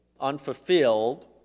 unfulfilled